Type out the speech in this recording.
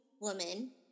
woman